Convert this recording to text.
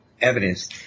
evidence